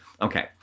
Okay